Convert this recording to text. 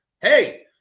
Hey